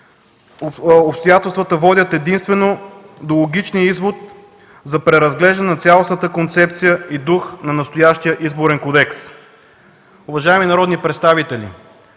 обстоятелствата водят единствено до логичния извод за преразглеждане на цялостната концепция и дух на настоящия Изборен кодекс. Уважаеми народни представители,